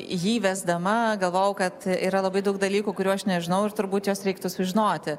jį vesdama galvojau kad yra labai daug dalykų kurių aš nežinau ir turbūt juos reiktų sužinoti